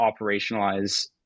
operationalize